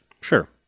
Sure